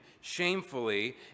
shamefully